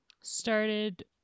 started